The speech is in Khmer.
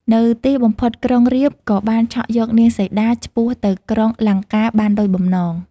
នៅទីបំផុតក្រុងរាពណ៍ ក៏បានឆក់យកនាងសីតាឆ្ពោះទៅក្រុង លង្កាបានដូចបំណង។